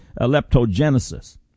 leptogenesis